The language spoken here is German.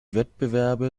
wettbewerbe